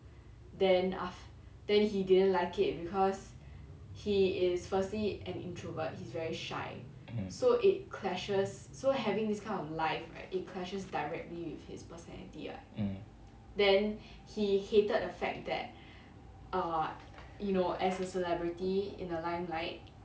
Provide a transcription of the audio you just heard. mm hmm mm